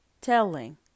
Telling